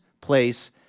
place